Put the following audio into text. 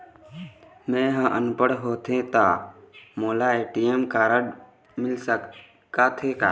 मैं ह अनपढ़ होथे ता मोला ए.टी.एम कारड मिल सका थे?